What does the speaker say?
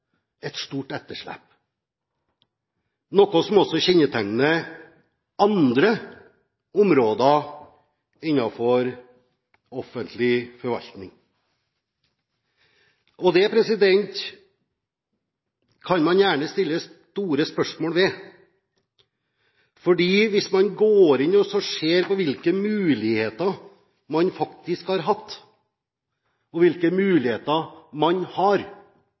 et stort etterslep, noe som også kjennetegner andre områder innenfor offentlig forvaltning. Det kan man gjerne stille store spørsmål om, fordi hvis man går inn og ser på hvilke muligheter man faktisk har hatt, og hvilke muligheter man har,